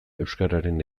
euskararen